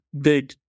big